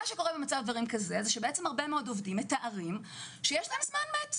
במצב דברים כזה הרבה מאוד עובדים מתארים שיש להם זמן מת.